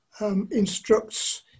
instructs